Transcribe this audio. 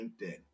LinkedIn